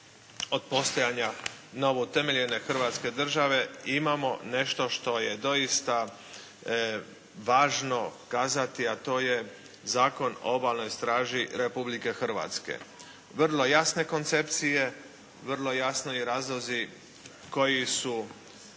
od postojanja novoutemeljene hrvatske države imamo nešto što je doista važno kazati, a to je Zakon o Obalnoj straži Republike Hrvatske. Vrlo jasne koncepcije. Vrlo jasno i razlozi koji su